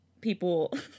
people